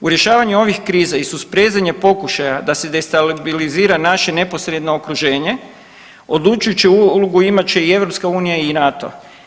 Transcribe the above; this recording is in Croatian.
U rješavanju ovih kriza i susprezanje pokušaja da se destabilizira naše neposredno okruženje, odlučujuću ulogu imat će i EU i NATO.